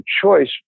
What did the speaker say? choice